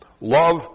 Love